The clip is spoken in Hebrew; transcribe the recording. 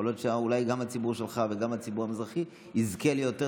יכול להיות שאולי גם הציבור שלך וגם הציבור המזרחי יזכה ליותר